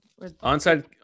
Onside